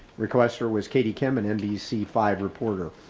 requester was katie kim an nbc five reporter